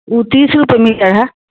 او تیس روپیے میٹر ہے